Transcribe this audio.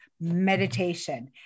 meditation